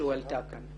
שהועלתה כאן.